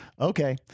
Okay